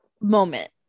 moment